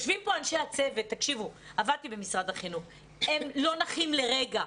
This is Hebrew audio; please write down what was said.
יושבים פה אנשי הצוות עבדתי במשרד החינוך הם לא נחים לרגע.